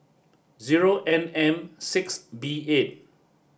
zero N M six B eight